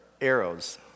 arrows